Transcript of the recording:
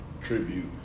tribute